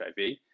HIV